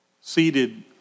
seated